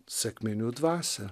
sekminių dvasią